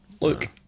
Look